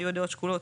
היו הדעות שקולות,